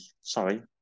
Sorry